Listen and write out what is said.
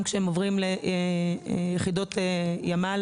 << יור >> פנינה תמנו (יו"ר הוועדה לקידום מעמד